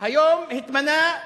היום התמנה,